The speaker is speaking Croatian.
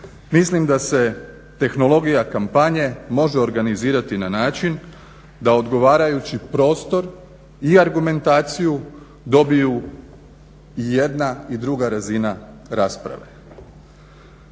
Mislim da se tehnologija kampanje može organizirati na način da odgovarajući prostor i argumentaciju dobiju jedna i druga razina rasprave.